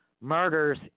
murders